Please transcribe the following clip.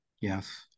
Yes